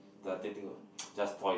they are taping lah just toys